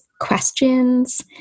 questions